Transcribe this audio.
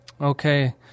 Okay